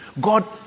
God